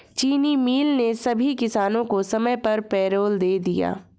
चीनी मिल ने सभी किसानों को समय पर पैरोल दे दिया